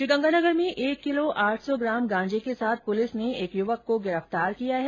श्रीगंगानगर में एक किलो आठ सौ ग्राम गांजे के साथ पूलिस ने एक युवक को गिरफ्तार किया है